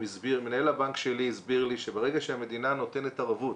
מנהל הבנק שלי הסביר לי שברגע שהמדינה נותנת ערבות,